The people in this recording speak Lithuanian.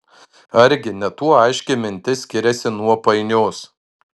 argi ne tuo aiški mintis skiriasi nuo painios